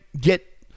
get